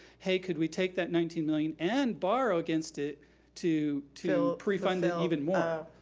hey, could we take that nineteen million and borrow against it to to pre-fund it even more.